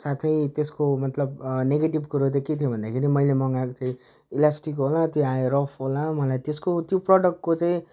साथै त्यसको मतलब निगेटिभ कुरो चाहिँ के थियो भन्दाखेरि मैले मगाएको थिएँ इलास्टिक वाला त्यो आयो रफ वाला मलाई त्यसको त्यो प्रडक्टको चाहिँ